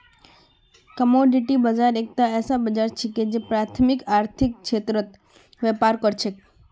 commodity बाजार एकता ऐसा बाजार छिके जे प्राथमिक आर्थिक क्षेत्रत व्यापार कर छेक